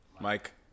Mike